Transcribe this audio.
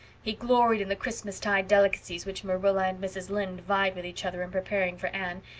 he gloried in the christmas-tide delicacies which marilla and mrs. lynde vied with each other in preparing for anne,